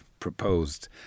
proposed